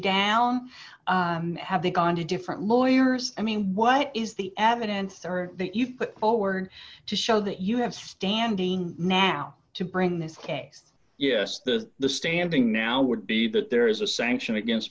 down have they gone to different lawyers i mean what is the evidence are that you've put forward to show that you have standing now to bring this case yes the the standing now would be that there is a sanction against